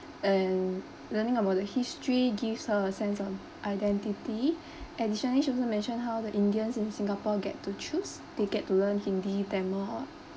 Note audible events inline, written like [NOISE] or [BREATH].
and learning about the history gives her a sense of identity [BREATH] additionally she also mentioned how the indians in singapore get to choose they get to learn hindi tamil or